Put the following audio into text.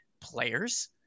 players